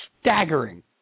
staggering